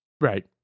Right